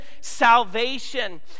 salvation